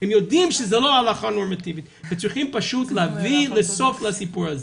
הם יודעים שזה לא הלכה הנורמטיבית וצריכים פשוט להביא סוף לסיפור הזה,